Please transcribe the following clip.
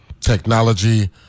technology